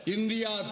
India